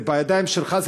זה בידיים שלך,